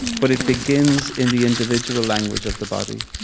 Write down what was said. but it begins in the individual language of the body.